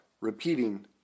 repeating